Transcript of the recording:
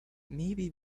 maybe